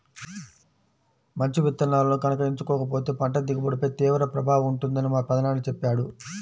మంచి విత్తనాలను గనక ఎంచుకోకపోతే పంట దిగుబడిపై తీవ్ర ప్రభావం ఉంటుందని మా పెదనాన్న చెప్పాడు